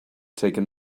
taking